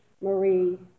marie